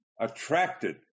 attracted